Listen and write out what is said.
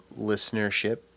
listenership